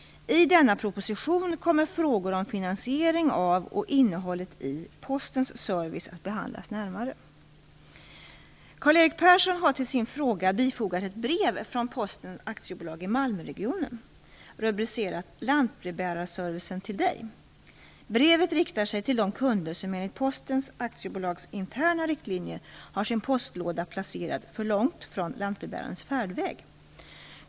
I denna proposition kommer frågor om finansiering av och innehållet i postens service att behandlas närmare. Karl-Erik Persson har till sin fråga bifogat ett brev från Posten AB i Malmöregionen rubricerat "Lantbrevbärarservicen till Dig". Brevet riktar sig till de kunder som enligt Posten AB:s interna riktlinjer har sin postlåda placerad för långt från lantbrevbärarens färdväg.